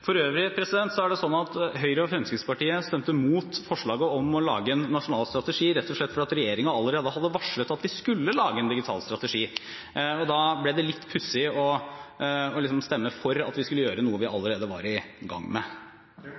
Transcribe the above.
er det sånn at Høyre og Fremskrittspartiet stemte imot forsalget om å lage en nasjonal strategi rett og slett fordi regjeringen hadde varslet at vi skulle lage en digital strategi. Da ble det litt pussig å stemme for å gjøre noe vi allerede var i gang med.